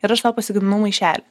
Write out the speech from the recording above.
ir aš sau pasigaminau maišelį